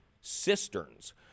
cisterns